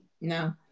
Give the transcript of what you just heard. No